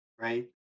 right